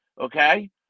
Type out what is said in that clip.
okay